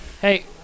Hey